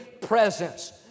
presence